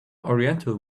oriental